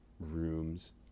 rooms